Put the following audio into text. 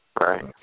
Right